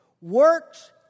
works